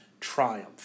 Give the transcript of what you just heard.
triumph